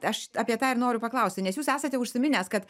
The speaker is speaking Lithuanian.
aš apie tą ir noriu paklausti nes jūs esate užsiminęs kad